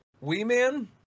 Wee-Man